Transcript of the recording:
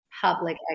public